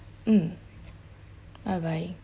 mm bye bye